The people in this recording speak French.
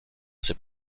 ses